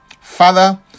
Father